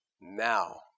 Now